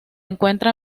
encuentra